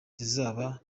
zizaba